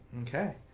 Okay